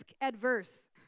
adverse